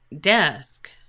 desk